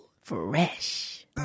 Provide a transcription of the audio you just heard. Fresh